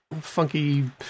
funky